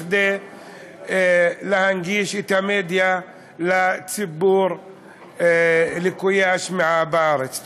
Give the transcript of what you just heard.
כדי להנגיש את המדיה לציבור לקויי השמיעה בארץ.